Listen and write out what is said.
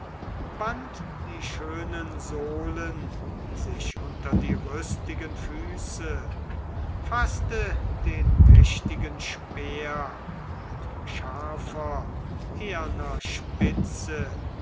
band die schönen sohlen sich unter die rüstigen füße faßte den mächtigen speer mit scharfer eherner spitze